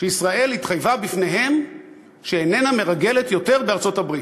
שישראל התחייבה בפניהם שאיננה מרגלת יותר בארצות-הברית,